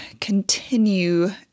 continue